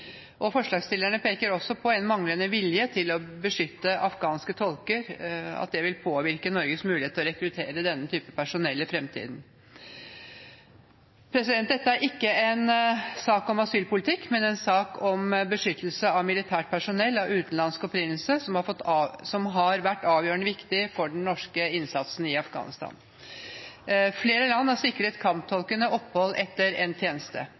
livsfare. Forslagsstillerne peker også på at en manglende vilje til å beskytte afghanske tolker vil påvirke Norges mulighet til å rekruttere denne typen personell i fremtiden. Dette er ikke en sak om asylpolitikk, men en sak om beskyttelse av militært personell av utenlandsk opprinnelse som har vært avgjørende viktig for den norske innsatsen i Afghanistan. Flere land har sikret kamptolkene opphold etter endt tjeneste.